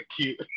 cute